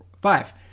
Five